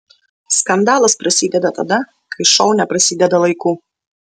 skandalas prasideda tada kai šou neprasideda laiku